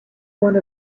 one